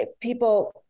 people